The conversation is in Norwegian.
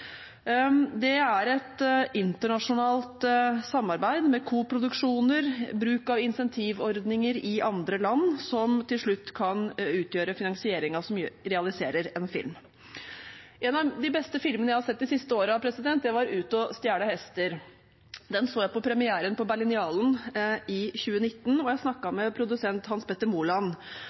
Det er et internasjonalt samarbeid med koproduksjoner, bruk av insentivordninger i andre land, som til slutt kan utgjøre finansieringen som realiserer en film. En av de beste filmene jeg har sett de siste årene, var «Ut og stjæle hester». Den så jeg på premieren på Berlinialen i 2019, og jeg snakket med produsenten, Hans Petter Moland,